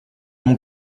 mon